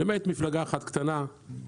למעט מפלגה אחת קטנה,